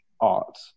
art